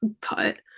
cut